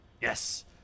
Yes